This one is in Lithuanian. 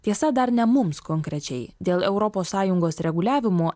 tiesa dar ne mums konkrečiai dėl europos sąjungos reguliavimo